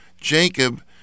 Jacob